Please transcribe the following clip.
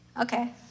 okay